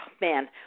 man